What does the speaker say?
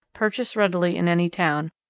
purchased readily in any town,